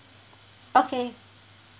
okay